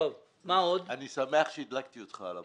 אני שמח שהדלקתי אותך על הבוקר.